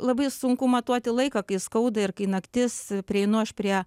labai sunku matuoti laiką kai skauda ir kai naktis prieinu aš prie